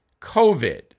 COVID